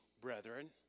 brethren